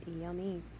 Yummy